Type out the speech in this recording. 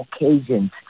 occasions